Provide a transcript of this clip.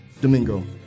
Domingo